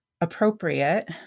appropriate